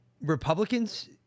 Republicans